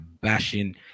bashing